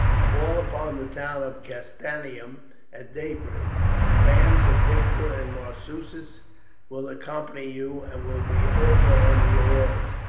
fall upon the town of castanium at daybreak the bands of victor and marsus will accompany you and will be also under your orders.